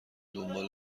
دنبال